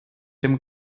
dem